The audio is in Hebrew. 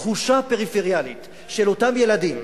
תחושה פריפריאלית של אותם ילדים,